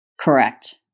Correct